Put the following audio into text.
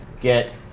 get